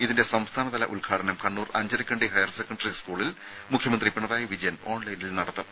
ഇതിന്റെ സംസ്ഥാനതല ഉദ്ഘാടനം കണ്ണൂർ അഞ്ചരക്കണ്ടി ഹയർ സെക്കണ്ടറി സ്കൂളിൽ മുഖ്യമന്ത്രി പിണറായി വിജയൻ ഓൺലൈനിൽ നടത്തും